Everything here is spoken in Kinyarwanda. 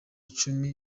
icumi